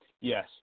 Yes